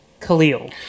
Khalil